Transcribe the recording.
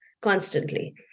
constantly